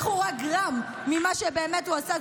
לקחו רק גרם ממה שבאמת הוא עשה.